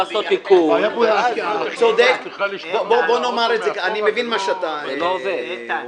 אני מבין את מה שאתה אומר.